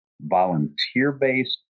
volunteer-based